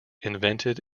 invented